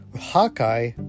Hawkeye